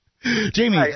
Jamie